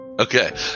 Okay